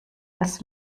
als